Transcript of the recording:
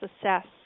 assess